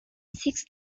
six